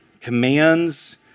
commands